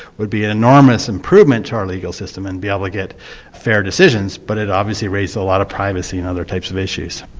would be an enormous improvement to our legal system and be able to get fair decisions. but it obviously raises a lot of privacy and other types of issues.